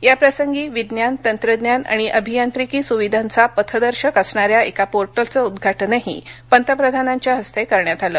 या प्रसंगी विज्ञान तंत्रज्ञान आणि अभियांत्रिकी सुविधांचा पथदर्शक असणाऱ्या एका पोर्टलचं उद्घाटनही पंतप्रधानांच्या हस्ते करण्यात आलं